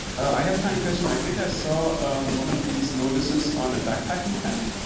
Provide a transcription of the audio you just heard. i have a tiny question. i think i saw one of these notices on a backpacking tent.